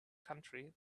country